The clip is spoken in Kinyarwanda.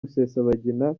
rusesabagina